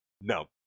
no